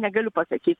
negaliu pasakyt